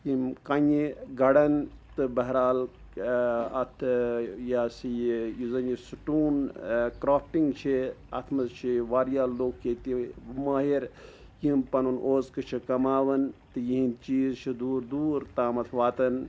یِم کَنہِ گَڑان تہٕ بحرحال اَتھ یہِ ہسا یہِ یُس زَن یہِ سٕٹوٗن کرٛافٹِنٛگ چھِ اَتھ منٛز چھِ واریاہ لُکھ ییٚتہِ مٲہِر یِم پَنُن اوزکہٕ چھِ کماوَان تہٕ یِہنٛدۍ چیٖز چھِ دوٗر دوٗر تامَتھ واتَان